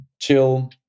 chill